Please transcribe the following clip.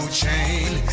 chain